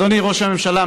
אדוני ראש הממשלה,